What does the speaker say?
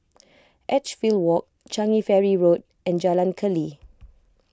Edgefield Walk Changi Ferry Road and Jalan Keli